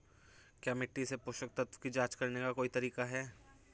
क्या मिट्टी से पोषक तत्व की जांच करने का कोई तरीका है?